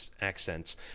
accents